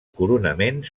coronament